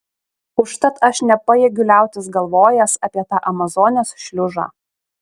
užtat aš nepajėgiu liautis galvojęs apie tą amazonės šliužą